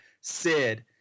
Sid